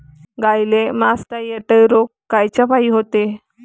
गाईले मासटायटय रोग कायच्यापाई होते?